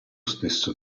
stesso